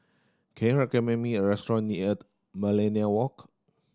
can you recommend me a restaurant near Millenia Walk